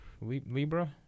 Libra